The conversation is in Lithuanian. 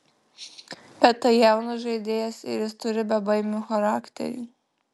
bet tai jaunas žaidėjas ir jis turi bebaimio charakterį